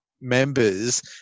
members